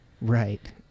Right